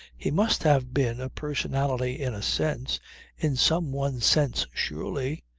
he must have been a personality in a sense in some one sense surely.